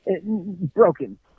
Broken